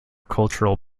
cultural